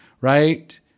right